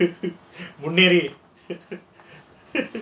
முன்னேறி:munnaeri